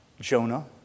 Jonah